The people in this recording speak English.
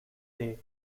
day